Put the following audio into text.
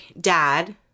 dad